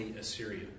Assyria